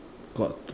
got